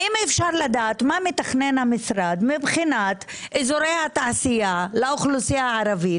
האם אפשר לדעת מה מתכנן המשרד מבחינת אזורי התעשייה לאוכלוסייה הערבית?